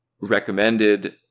recommended